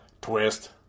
Twist